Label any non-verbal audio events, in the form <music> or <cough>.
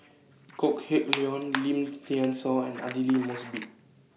<noise> Kok Heng Leun Lim Thean Soo and Aidli Mosbit